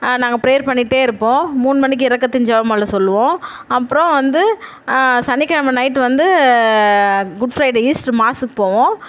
நாங்கள் ப்ரேயர் பண்ணிட்டே இருப்போம் மூணு மணிக்கு இரக்கத்தின் ஜெபமாலை சொல்வோம் அப்றம் வந்து சனிக்கெழமை நைட்டு வந்து குட் ஃப்ரைடே ஈஸ்டர் மாஸுக்கு போவோம்